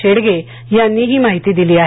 शेडगे यांनी ही माहिती दिली आहे